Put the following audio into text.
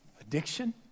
addiction